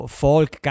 folk